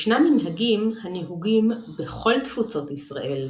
ישנם מנהגים הנהוגים בכל תפוצות ישראל,